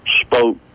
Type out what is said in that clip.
spoke